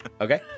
Okay